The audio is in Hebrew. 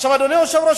אדוני היושב-ראש,